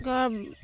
অৰ